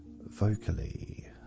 vocally